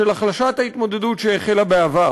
של החלשת ההתמודדות שהחלה בעבר.